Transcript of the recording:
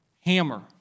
Hammer